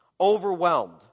Overwhelmed